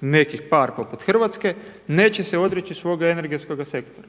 nekih par poput Hrvatske, neće se odreći svoga energetskoga sektora.